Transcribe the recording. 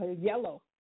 yellow